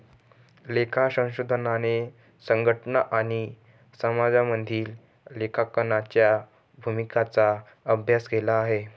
लेखा संशोधनाने संघटना आणि समाजामधील लेखांकनाच्या भूमिकांचा अभ्यास केला आहे